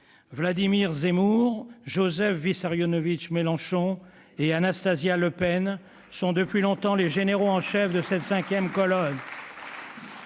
Vladimir Zemmour, Joseph Vissarionovitch Mélenchon et Anastasia Le Pen sont depuis longtemps les généraux en chef de cette cinquième colonne.